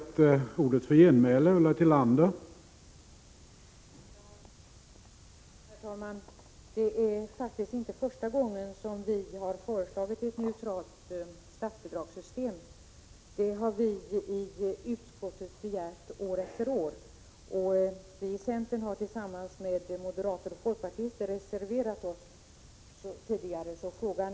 Det är inte heller så att den hemtjänst som vi har i dag står för integritet och aktivitet. Det kan precis lika gärna vara tvärtom, att man sitter ensam i sin lägenhet och blir passiv.